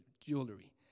jewelry